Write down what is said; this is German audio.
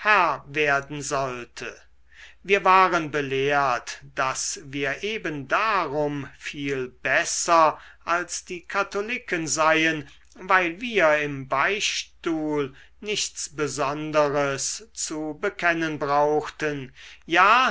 werden sollte wir waren belehrt daß wir eben darum viel besser als die katholiken seien weil wir im beichtstuhl nichts besonderes zu bekennen brauchten ja